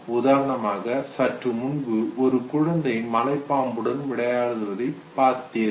உதாரணமாக சற்று முன்பு ஒரு குழந்தை மலைப்பாம்புடன் விளையாடுவதை பார்த்தீர்கள்